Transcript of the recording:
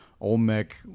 Olmec